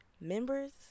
members